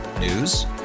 News